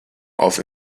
off